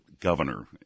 governor